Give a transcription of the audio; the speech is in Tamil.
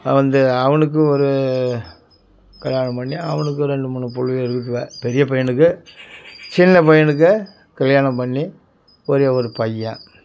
வந்து அவனுக்கும் ஒரு கல்யாணம் பண்ணி அவனுக்கும் ரெண்டு மூணு பிள்ளைவோ இருக்குது பெரிய பையனுக்கு சின்ன பையனுக்கு கல்யாணம் பண்ணி ஒரே ஒரு பையன்